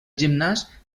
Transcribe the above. gimnàs